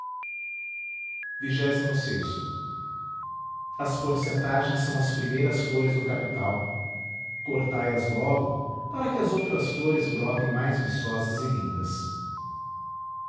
avia s porcentagens são as primeiras flores do capital cortai as logo para que as outras flores brotem mais viçosas e lindas